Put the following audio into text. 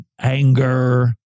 anger